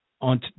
on